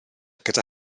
gyda